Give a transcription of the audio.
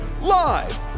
Live